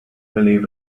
believe